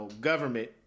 government